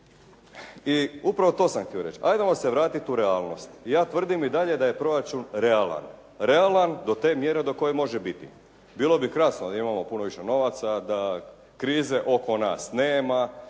I upravo to sam htio reći, ajdemo se vratiti u realnost. Ja tvrdim i dalje da je proračun realan, realan do te mjere do koje može biti. Bilo bi krasno da imamo puno više novaca, da krize oko nas nema,